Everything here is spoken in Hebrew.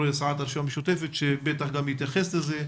סיעת הרשימה המשותפת שבוודאי יתייחס לכך,